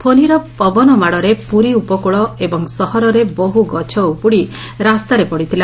ଫୋନିର ପବନ ମାଡ଼ରେ ପୁରୀ ଉପକୂଳ ଏବଂ ସହରରେ ବହୁ ଗଛ ଉପୁଡ଼ି ରାସ୍ତାରେ ପଡ଼ିଥିଲା